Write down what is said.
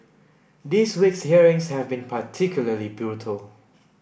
this week's hearings have been particularly brutal